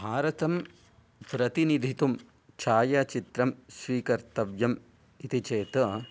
भारतं प्रतिनिधितुं छायाचित्रं स्वीकर्तव्यम् इति चेत्